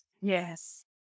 Yes